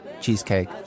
cheesecake